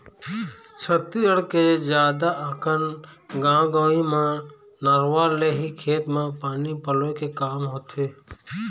छत्तीसगढ़ के जादा अकन गाँव गंवई म नरूवा ले ही खेत म पानी पलोय के काम होथे